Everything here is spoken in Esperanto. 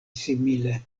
simile